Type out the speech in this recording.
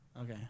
Okay